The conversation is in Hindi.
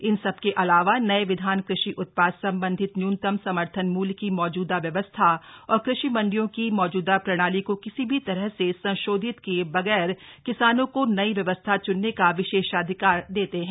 इन सबके अलावा नये विधान कृषि उत्पाद संबंधित न्यूनतम समर्थन मूल्य की मौजूदा व्यवस्था और कृषि मंडियों की मौजूदा प्रणाली को किसी भी तरह से संशोधित किए बगैर किसानों को नई व्यवस्था चुनने का विशेषाधिकार देते हैं